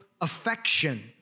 affection